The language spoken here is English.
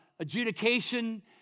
adjudication